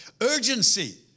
Urgency